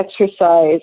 exercise